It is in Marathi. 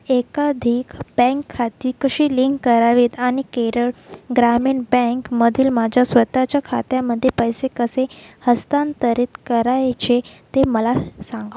एकाधिक बँक खाती कशी लिंक करावीत आणि केरळ ग्रामीण बँकमधील माझ्या स्वतःच्या खात्यामध्ये पैसे कसे हस्तांतरित करायचे ते मला सांगा